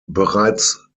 bereits